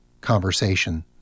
conversation